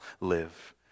live